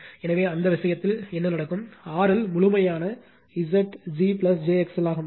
எனவே அந்த விஷயத்தில் என்ன நடக்கும் RL முழுமையான Zg j XL ஆக மாறும்